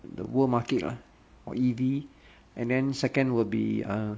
the world market lah E_V and then second will be err